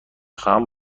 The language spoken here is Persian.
خواهم